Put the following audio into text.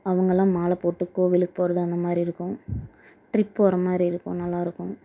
அவங்களாம் மாலை போட்டு கோவிலுக்கு போகிறது அந்தமாதிரி இருக்கும் டிரிப் போகிற மாதிரி இருக்கும் நல்லாயிருக்கும்